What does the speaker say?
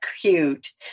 cute